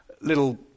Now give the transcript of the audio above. little